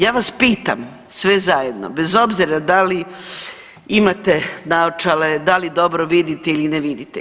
Ja vas pitam, sve zajedno, bez obzira da li imate naočale, da li dobro vidite ili ne vidite.